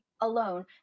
alone